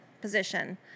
position